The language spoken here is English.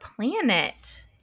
planet